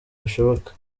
bishoboka